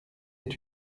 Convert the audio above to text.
est